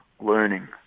learning